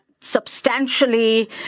substantially